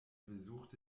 besuchte